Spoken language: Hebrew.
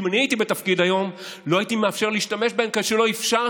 אם אני הייתי בתפקיד היום לא הייתי מאפשר להשתמש בהם כפי לא אפשרתי,